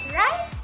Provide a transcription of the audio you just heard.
right